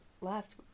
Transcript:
last